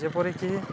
ଯେପରିକି